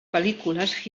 pel·lícules